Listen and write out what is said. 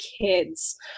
kids